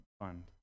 fund